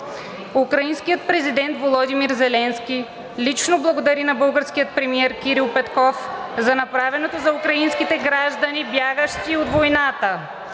Украинският президент Володимир Зеленски лично благодари на българския премиер Кирил Петков за направеното за украинските граждани, бягащи от войната.